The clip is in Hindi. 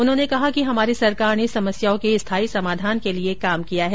उन्होंने कहा कि हमारी सरकार ने समस्याओं के स्थाई समाधान के लिए काम किया है